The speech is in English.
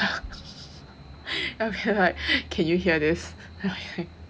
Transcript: I have heard can you hear this